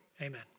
amen